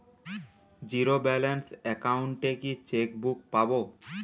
Zero balance account এ কি chequebook পাব?